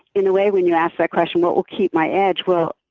in a way, when you ask that question, what will keep my edge? well,